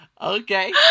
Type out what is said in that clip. Okay